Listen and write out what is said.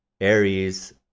Aries